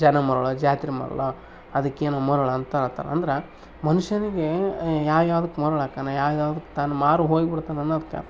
ಜನ ಮರುಳೋ ಜಾತ್ರೆ ಮರುಳೋ ಅದಕ್ಕೇನೋ ಮರುಳು ಅಂತ ಹೇಳ್ತಾರ್ ಅಂದ್ರೆ ಮನುಷ್ಯನಿಗೇ ಯಾವ ಯಾವ್ದಕ್ಕೆ ಮರುಳು ಆಗ್ತಾನೆ ಯಾವ ಯಾವ್ದಕ್ಕೆ ತಾನು ಮಾರು ಹೋಗಿಬಿಡ್ತಾನೆ ಅನ್ನೋದ್ಕೆ